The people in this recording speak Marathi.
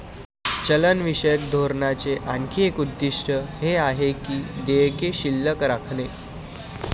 चलनविषयक धोरणाचे आणखी एक उद्दिष्ट हे आहे की देयके शिल्लक राखणे